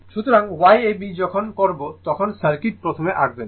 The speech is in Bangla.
সুতরাং Y ab যখন করবো তখন সার্কিট প্রথমে আঁকবেন